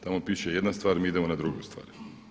Tamo piše jedna stvar, mi idemo na drugu stvar.